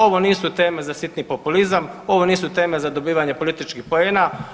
Ovo nisu teme za sitni populizam, ovo nisu teme za dobivanje političkih poena.